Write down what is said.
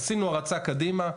עשינו הרצה קדימה,